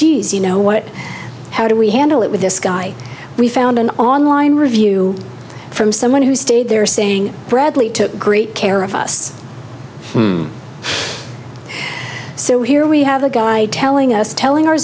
jeez you know what how do we handle it with this guy we found an online review from someone who stayed there saying bradley took great care of us so here we have the guy telling us telling